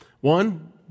One